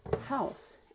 house